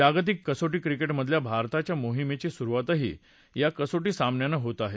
जागतिक कसोटी क्रिकेट स्पर्धेतल्या भारताच्या मोहिमेची सुरुवातही या कसोटी सामन्यानं होत आहे